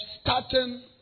starting